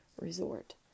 resort